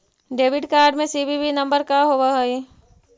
Debit card में CVV number का होव हइ?